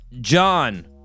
John